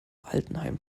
altenheim